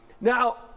Now